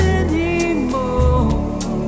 anymore